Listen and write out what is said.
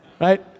Right